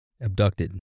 Abducted